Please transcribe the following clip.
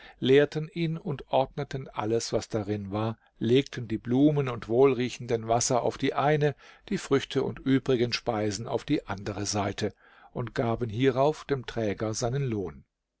leerten ihn und ordneten alles was darin war legten die blumen und wohlriechenden wasser auf die eine die früchte und übrigen speisen auf die andere seite und gaben hierauf dem träger seinen lohn